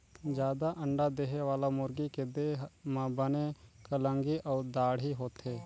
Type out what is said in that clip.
जादा अंडा देहे वाला मुरगी के देह म बने कलंगी अउ दाड़ी होथे